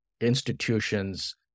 institutions